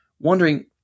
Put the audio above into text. wondering